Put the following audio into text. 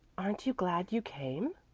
aren't you glad you came?